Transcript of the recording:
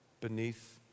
beneath